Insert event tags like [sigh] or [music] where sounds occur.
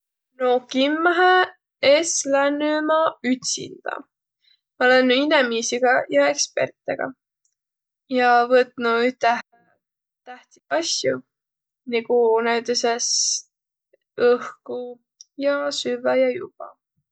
No kimmähe es lännüq ma ütsindä. Ma lännüq inemiisiga ja ekspertega ja võtnuq üteh [hesitation] tähtsit asjo, nigu näütüses õhku ja süvväq ja juvvaq.